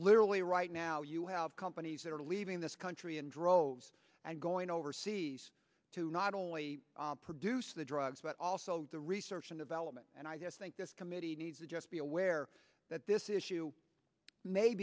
literally right now you have companies that are leaving this country in droves and going overseas to not only produce the drugs but also the research and development and i just think this committee needs to just be aware that this issue may